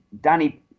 Danny